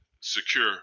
secure